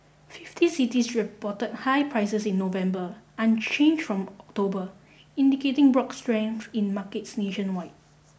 fifty cities reported higher prices in November unchanged from October indicating broad strength in markets nationwide